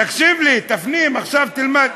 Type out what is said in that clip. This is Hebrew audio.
תקשיב לי, תפנים, עכשיו תלמד.